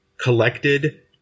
collected